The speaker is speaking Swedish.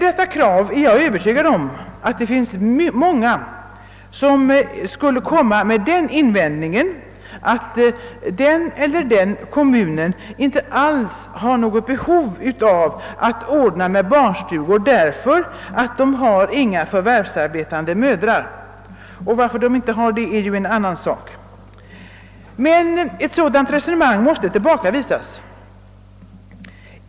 Jag är övertygad om att det finns många som mot detta krav skulle göra den invändningen att den eller den kommunen inte alls har något behov av att ordna med barnstugor därför att den inte har några förvärvsarbetande mödrar. Varför den inte har det är ju en annan sak. Men ett sådant resonemang måste tillbakavisas.